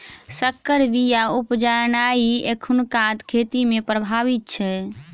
सँकर बीया उपजेनाइ एखुनका खेती मे प्रभावी छै